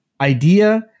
idea